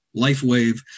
LifeWave